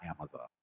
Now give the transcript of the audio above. Amazon